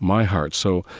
my heart. so,